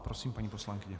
Prosím, paní poslankyně.